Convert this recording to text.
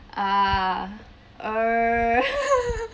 uh err